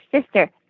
sister